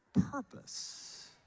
purpose